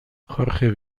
jorge